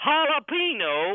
Jalapeno